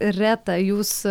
reta jūs